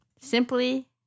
Simply